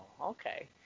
okay